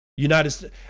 United